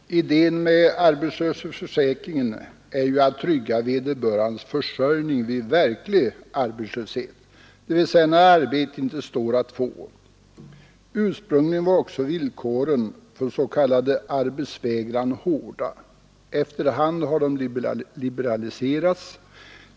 Fru talman! Idén med arbetslöshetsförsäkringen är att trygga vederbörandes försörjning vid verklig arbetslöshet, dvs. när arbete inte står att få. Ursprungligen var också villkoren för s.k. arbetsvägran hårda. Efter hand har de liberaliserats.